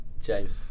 James